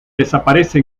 desaparece